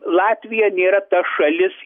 latvija nėra ta šalis